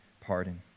pardon